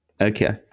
Okay